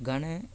गाणें